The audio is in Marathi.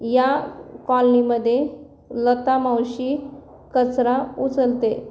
या कॉलनीमध्ये लता मावशी कचरा उचलते